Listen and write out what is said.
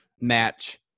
match